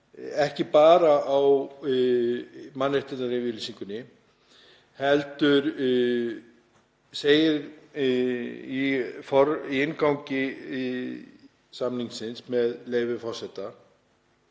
ekki bara á mannréttindayfirlýsingunni heldur segir í inngangi samningsins, með leyfi forseta: